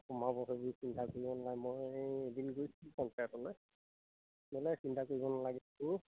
সোমাব কাৰণে চিন্তা কৰিব নেলাগে মই এদিন গৈছোঁ পঞ্চায়তলৈ নালাগে চিন্তা কৰিব নালাগে